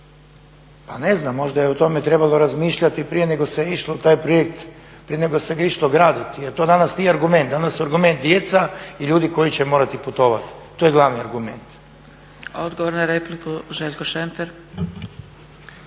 pa ne znam. Možda je o tome trebalo razmišljati prije nego se išlo u taj projekt, prije nego se ga išlo graditi jer to danas nije argument. Danas su argument djeca i ljudi koji će morati putovati. To je glavni argument. **Zgrebec, Dragica (SDP)** Odgovor na repliku, Željko Šemper.